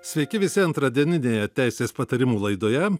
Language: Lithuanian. sveiki visi antradieninėje teisės patarimų laidoje